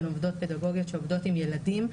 הן עובדות פדגוגיות שעובדות עם ילדים,